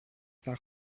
στα